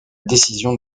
décision